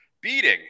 beating